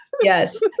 Yes